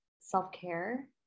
self-care